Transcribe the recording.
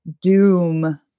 doom